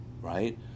right